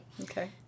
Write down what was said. Okay